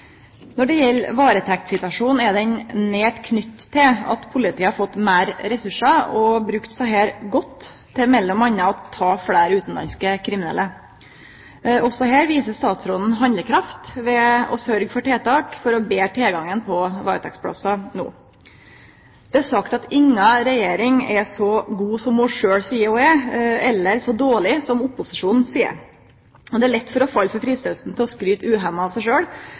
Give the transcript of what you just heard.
Når det gjeld varetektssituasjonen, er den nært knytt til at politiet har fått fleire ressursar og brukt desse godt, som m.a. å ta fleire utanlandske kriminelle. Også her viser statsråden handlekraft ved å sørgje for tiltak for å betre tilgangen på varetektsplassar no. Det er sagt at inga regjering er så god som ho sjølv seier at ho er, eller så dårleg som opposisjonen seier. Det er lett å bli freista til å skryte uhemma av seg